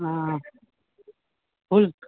फूल